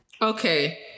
Okay